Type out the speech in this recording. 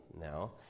now